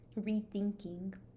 rethinking